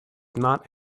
not